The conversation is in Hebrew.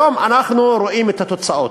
היום אנחנו רואים את התוצאות.